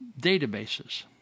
databases